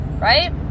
right